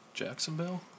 Jacksonville